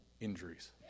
injuries